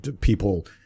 people